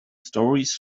stories